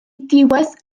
diwedd